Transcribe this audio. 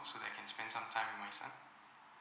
so that I can spend some time with my son